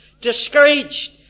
discouraged